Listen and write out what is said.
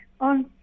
on